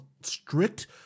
strict